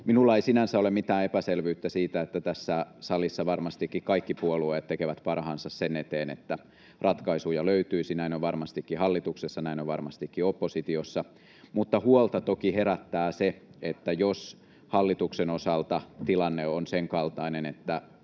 Minulla ei sinänsä ole mitään epäselvyyttä siitä, että tässä salissa varmastikin kaikki puolueet tekevät parhaansa sen eteen, että ratkaisuja löytyisi. Näin on varmastikin hallituksessa, näin on varmastikin oppositiossa, mutta huolta toki herättää se, jos hallituksen osalta tilanne on sen kaltainen, että